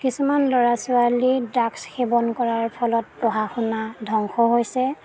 কিছুমান ল'ৰা ছোৱালীৰ ড্ৰাগছ সেৱন কৰাৰ ফলত পঢ়া শুনা ধ্বংস হৈছে